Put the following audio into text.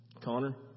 Connor